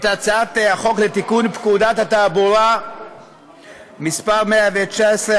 את הצעת חוק לתיקון פקודת התעבורה (מס' 119),